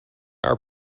our